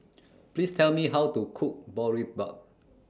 Please Tell Me How to Cook Boribap